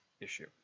issue